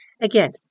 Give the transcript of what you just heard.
Again